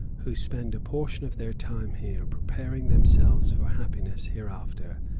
who spend a portion of their time here preparing themselves for happiness hereafter,